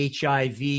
HIV